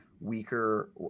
weaker